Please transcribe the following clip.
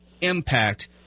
impact